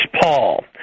Paul